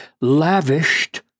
lavished